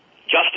justice